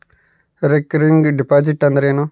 Recurring deposit ಅಂದರೇನು?